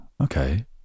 okay